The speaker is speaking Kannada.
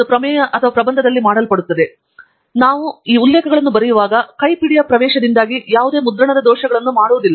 ಆದ್ದರಿಂದ ನಾವು ಈ ಉಲ್ಲೇಖಗಳನ್ನು ಬರೆಯುವಾಗ ಕೈಪಿಡಿಯ ಪ್ರವೇಶದಿಂದಾಗಿ ನಾವು ಯಾವುದೇ ಮುದ್ರಣದ ದೋಷಗಳನ್ನು ಮಾಡುವುದಿಲ್ಲ